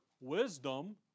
wisdom